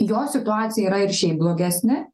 jo situacija yra ir šiaip blogesnė